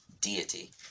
deity